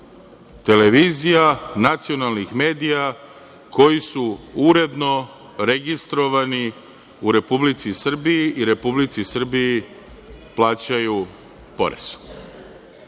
televizija, nacionalnih medija koji su uredno registrovani u Republici Srbiji i Republici Srbiji plaćaju